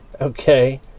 okay